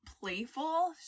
playful